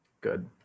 Good